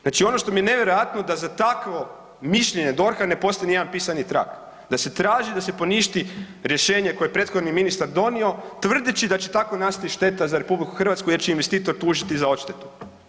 Znači ono što mi je nevjerojatno da za takvo mišljenje DORH-a ne postoji niti jedan pisani trag da se traži da se poništi rješenje koje je prethodni ministar donio tvrdeći da će tako nastati šteta za Republiku Hrvatsku jer će ju investitor tužiti za odštetu.